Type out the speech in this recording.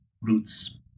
roots